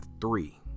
three